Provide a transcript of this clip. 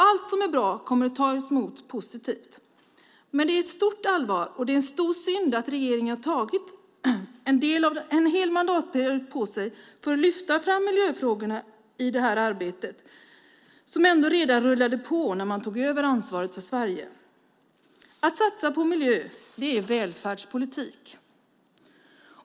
Allt som är bra kommer att tas emot positivt. Men det är ett stort allvar, och det är en stor synd att regeringen har tagit en hel mandatperiod på sig för att lyfta fram miljöfrågorna i det här arbetet som ändå redan rullade på när man tog över ansvaret för Sverige. Att satsa på miljö är välfärdspolitik.